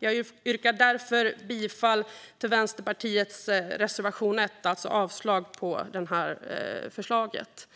Jag yrkar därför bifall till reservation 1 och alltså avslag på förslaget.